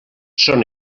són